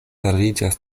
fariĝas